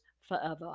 forever